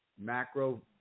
macro